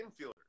infielders